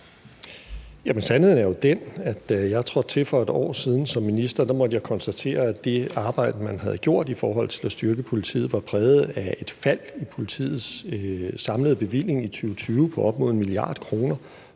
sandheden er jo den, at da jeg trådte til som minister for et år siden, måtte jeg konstatere, at det arbejde, man havde gjort i forhold til at styrke politiet, var præget af et fald i politiets samlede bevilling i 2020 på op mod 1 mia. kr.,